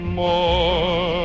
more